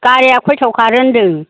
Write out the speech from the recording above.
गारिया खयथायाव खारो होनदों